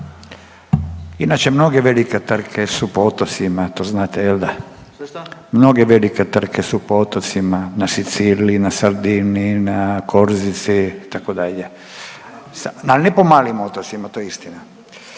Inače mnoge velike trke su po otocima, to znate jel da? …/Upadica: Šta, šta?/… Mnoge velike trke su po otocima na Siciliji, na Sardiniji, na Korzici itd., ali ne po malim otocima to je istina.